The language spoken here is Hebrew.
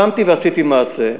קמתי ועשיתי מעשה,